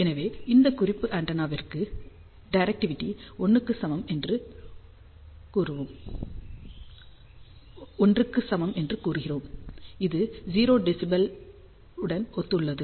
எனவே இந்த குறிப்பு ஆண்டெனாவிற்கு டைரக்டிவிட்டி 1 க்கு சமம் என்று கூறுகிறோம் இது 0 dBi உடன் ஒத்துள்ளது